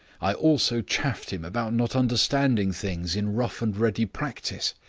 i also chaffed him about not understanding things in rough and ready practice.